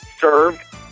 served